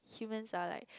humans are like